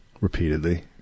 repeatedly